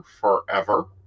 forever